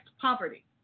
poverty